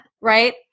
right